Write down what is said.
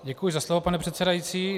Děkuji za slovo, pane předsedající.